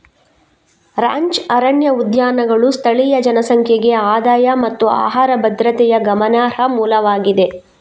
ranch ಅರಣ್ಯ ಉದ್ಯಾನಗಳು ಸ್ಥಳೀಯ ಜನಸಂಖ್ಯೆಗೆ ಆದಾಯ ಮತ್ತು ಆಹಾರ ಭದ್ರತೆಯ ಗಮನಾರ್ಹ ಮೂಲವಾಗಿದೆ